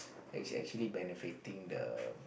actual actually benefiting the